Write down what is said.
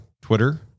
Twitter